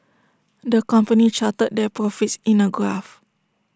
the company charted their profits in A graph